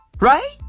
Right